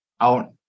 out